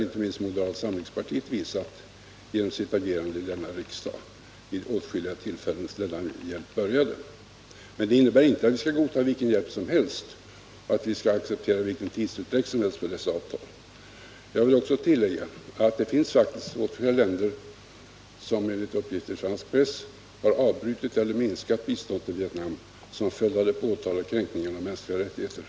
Inte minst har moderata samlingspartiet visat det genom sitt agerande i riksdagen vid åtskilliga tillfällen sedan denna hjälp började. Men det innebär inte att vi skall godta vilken hjälp som helst och acceptera vilken tidsutdräkt som helst för dessa avtal. Jag vill tillägga att det faktiskt finns åtskilliga länder som, enligt uppgift i fransk press, har avbrutit eller minskat biståndet till Vietnam som följd av de påtalade kränkningarna av mänskliga rättigheter.